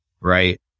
Right